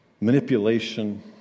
manipulation